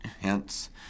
Hence